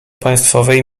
państwowej